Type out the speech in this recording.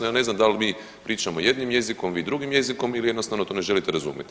Ja ne znam dal mi pričamo jednim jezikom, vi drugim jezikom ili jednostavno to ne želite razumjet.